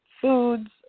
foods